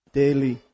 daily